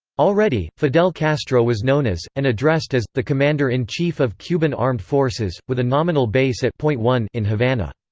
already, fidel castro was known as, and addressed as, the commander-in-chief of cuban armed forces, with a nominal base at point one in havana.